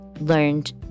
learned